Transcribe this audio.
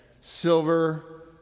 silver